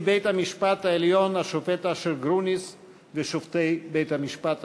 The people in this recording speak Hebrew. נשיא בית-המשפט העליון השופט אשר גרוניס ושופטי בית-המשפט העליון,